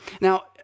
Now